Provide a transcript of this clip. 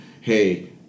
hey